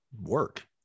work